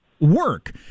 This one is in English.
Work